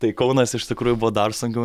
tai kaunas iš tikrųjų buvo dar sunkiau